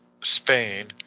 Spain